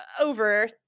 over